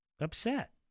upset